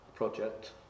project